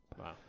Wow